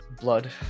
blood